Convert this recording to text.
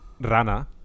Rana